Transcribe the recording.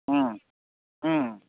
ꯎꯝ ꯎꯝ